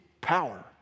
power